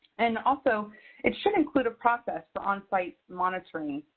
and also it should include a process for onsite monitoring,